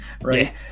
right